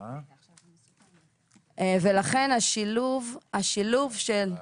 ולכן, השילוב של --- בישן.